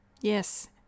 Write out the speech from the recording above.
Yes